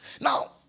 Now